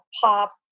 pop